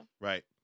Right